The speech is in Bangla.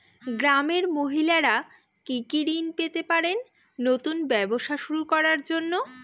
গ্রামের মহিলারা কি কি ঋণ পেতে পারেন নতুন ব্যবসা শুরু করার জন্য?